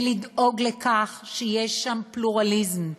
ולדאוג לכך שיהיה שם פלורליזם,